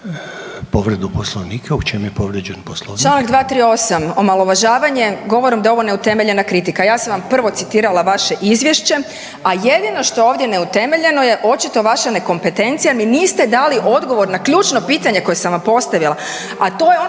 povredu Poslovnika. U čem je povrijeđen Poslovnik?